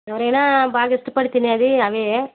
ఎవరైనా బాగా ఇష్టపడి తినేది అవే